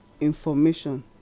information